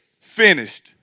finished